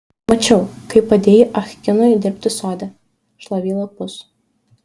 mačiau kaip padėjai ah kinui dirbti sode šlavei lapus